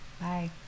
Bye